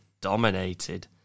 dominated